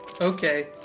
Okay